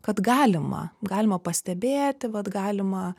kad galima galima pastebėti vat galima